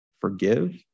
forgive